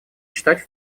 читать